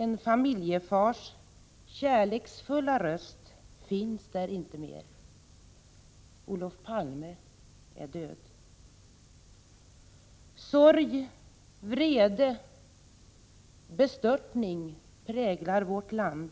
En familjefars kärleksfulla röst finns där inte mer. Olof Palme är död. Sorg, vrede, bestörtning präglar vårt land.